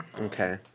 Okay